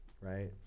right